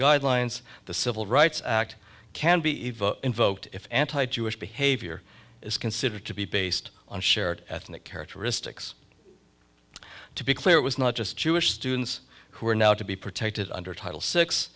guidelines the civil rights act can be even invoked if anti jewish behavior is considered to be based on shared ethnic characteristics to be clear it was not just jewish students who are now to be protected under title six